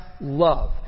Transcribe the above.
love